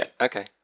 okay